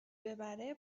ببره